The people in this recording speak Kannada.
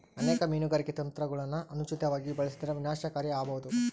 ಅನೇಕ ಮೀನುಗಾರಿಕೆ ತಂತ್ರಗುಳನ ಅನುಚಿತವಾಗಿ ಬಳಸಿದರ ವಿನಾಶಕಾರಿ ಆಬೋದು